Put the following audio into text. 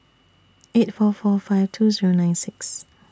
eight four four five two Zero nine six